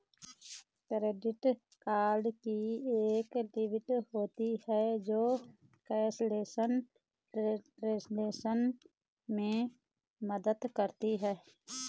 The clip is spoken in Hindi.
क्रेडिट कार्ड की एक लिमिट होती है जो कैशलेस ट्रांज़ैक्शन में मदद करती है